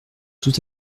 tout